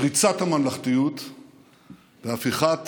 פריצת הממלכתיות והפיכת